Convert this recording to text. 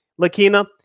Lakina